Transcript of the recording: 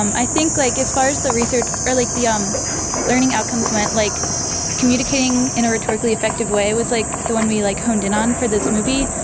um i think like as far as the research or like the um learning outcomes went like communicating in a rhetorically effective way was like the one we like honed in on for this movie,